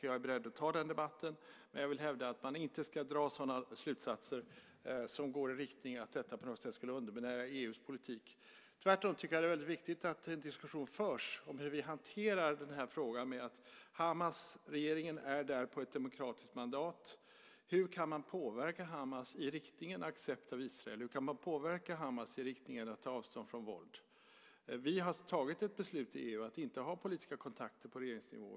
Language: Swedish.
Jag är beredd att ta debatten, men jag vill hävda att man inte ska dra slutsatser som går i den riktningen att detta på något sätt skulle underminera EU:s politik. Jag tycker att det är viktigt att det förs en diskussion om hur vi hanterar frågan att Hamasregeringen är där på ett demokratiskt mandat. Hur kan man påverka Hamas i riktning mot en accept av Israel? Hur kan man påverka Hamas i riktning mot att ta avstånd från våld? Vi har tagit ett beslut i EU om att inte ha politiska kontakter på regeringsnivå.